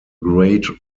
great